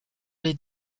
les